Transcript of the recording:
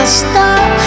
stop